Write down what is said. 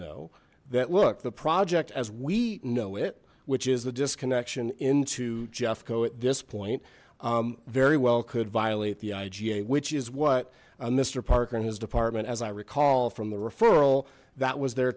know that look the project as we know it which is the disconnection into jeffco at this point very well could violate the iga which is what mister parker and his department as i recall from the referral that was their